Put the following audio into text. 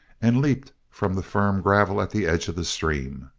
and leaped from the firm gravel at the edge of the stream.